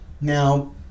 Now